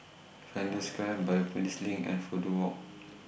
Flanders Square Biopolis LINK and Fudu Walk